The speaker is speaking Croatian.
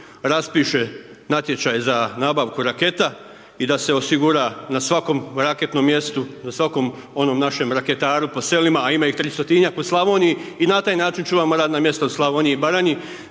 raspiše natječaj za nabavku raketa i da se osigura na svakom raketnom mjestu, na svakom onom našem raketaru po selima, a ima ih 300-tinjak u Slavoniji i na taj način čuvamo radna mjesta u Slavoniji i Baranji,